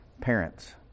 Parents